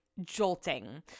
jolting